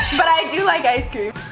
but i do i guys through